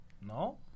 No